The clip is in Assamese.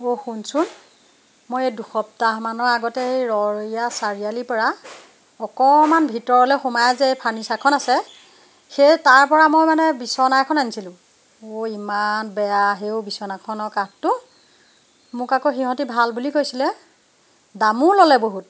অ' শুনচোন মই এই দুসপ্তাহমান আগতে এ ৰ'ৰৈয়া চাৰিআলি পৰা অকণমান ভিতৰলৈ সোমাই যে এই ফাৰ্ণিচাৰখন আছে সেই তাৰপৰা মই মানে বিচনা এখন আনিছিলো ও ইমান বেয়া হেঅ' বিচনাখনৰ কাঠটো মোক আকৌ সিহঁতি ভাল বুলি কৈছিলে দামো ল'লে বহুত